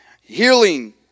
Healing